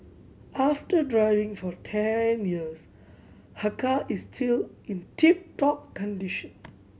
after driving for ten years her car is still in tip top condition